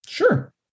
Sure